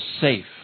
safe